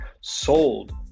sold